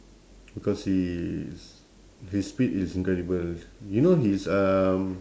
because his his speed is incredible you know his um